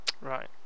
Right